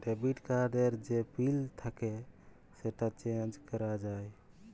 debit card এর যে পিল থাক্যে সেটা চেঞ্জ ক্যরা যায়